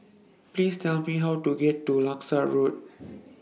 Please Tell Me How to get to Langsat Road